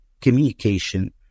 communication